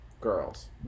girls